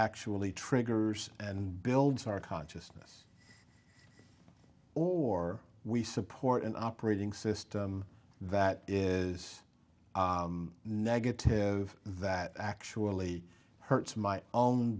actually triggers and builds our consciousness or we support an operating system that is negative that actually hurts my own